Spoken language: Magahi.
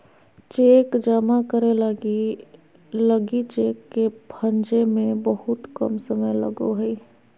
चेक जमा करे लगी लगी चेक के भंजे में बहुत कम समय लगो हइ